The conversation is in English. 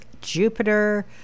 Jupiter